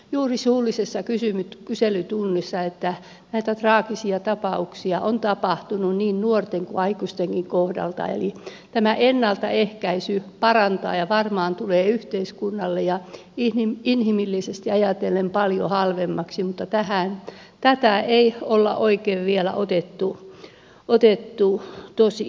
kuulimme juuri suullisella kyselytunnilla että näitä traagisia tapauksia on tapahtunut niin nuorten kuin aikuistenkin kohdalla eli tämä ennaltaehkäisy parantaa ja varmaan tulee yhteiskunnalle ja inhimillisesti ajatellen paljon halvemmaksi mutta tätä ei ole oikein vielä otettu todesta